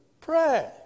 Pray